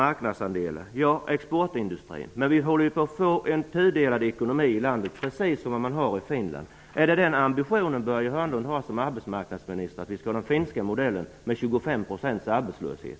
Det stämmer när det gäller exportindustrin. Men vi håller på att få en tudelad ekonomi i landet, precis som man har i Finland. Har Börje Hörnlund som arbetsmarknadsminister ambitionen att vi skall ha den finska modellen med